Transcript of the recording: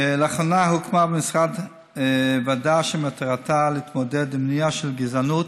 לאחרונה הוקמה במשרד ועדה שמטרתה להתמודד עם מניעה של גזענות,